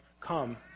come